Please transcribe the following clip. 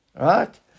right